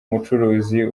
mucuruzi